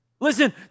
Listen